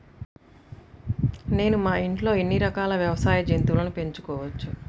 నేను మా ఇంట్లో ఎన్ని రకాల వ్యవసాయ జంతువులను పెంచుకోవచ్చు?